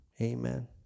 Amen